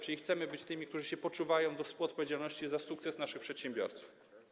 Czyli chcemy być tymi, którzy się poczuwają do współodpowiedzialności za sukces naszych przedsiębiorców.